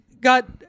got